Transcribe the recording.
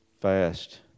fast